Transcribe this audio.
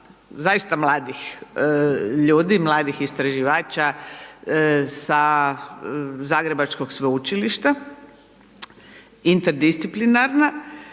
zaista mladih ljudi, mladih istraživača sa zagrebačkog sveučilišta, interdisciplinarna,